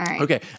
Okay